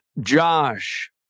Josh